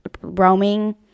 roaming